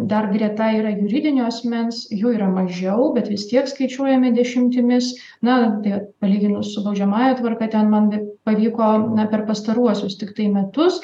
dar greta yra juridinio asmens jų yra mažiau bet vis tiek skaičiuojami dešimtimis na tie palyginus su baudžiamąja tvarka ten man pavyko na per pastaruosius tiktai metus